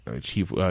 Chief